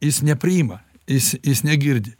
jis nepriima jis jis negirdi